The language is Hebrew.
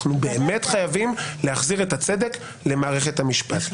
אנחנו באמת חייבים להחזיר את הצדק למערכת המשפט.